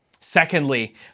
Secondly